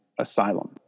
asylum